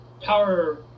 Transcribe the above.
power